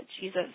Jesus